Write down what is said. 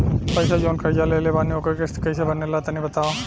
पैसा जऊन कर्जा लेले बानी ओकर किश्त कइसे बनेला तनी बताव?